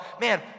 man